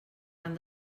han